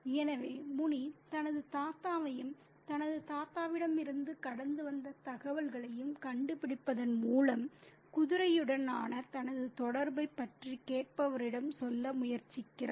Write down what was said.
எனவே முனி தனது தாத்தாவையும் தனது தாத்தாவிடமிருந்து கடந்து வந்த தகவல்களையும் கண்டுபிடிப்பதன் மூலம் குதிரையுடனான தனது தொடர்பைப் பற்றி கேட்பவரிடம் சொல்ல முயற்சிக்கிறார்